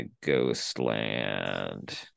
Ghostland